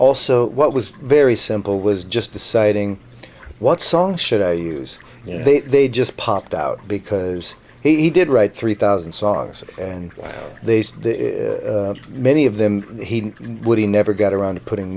also what was very simple was just deciding what song should i use you know they just popped out because he did write three thousand songs and they said many of them and he would he never got around to putting